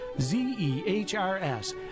Z-E-H-R-S